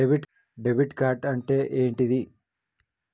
Debit card అంటే ఏంటిది?